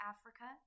Africa